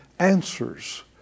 Answers